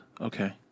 okay